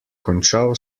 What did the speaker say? končal